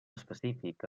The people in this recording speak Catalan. específic